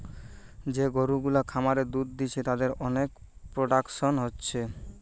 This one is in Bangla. যে গরু গুলা খামারে দুধ দিচ্ছে তাদের অনেক প্রোডাকশন হচ্ছে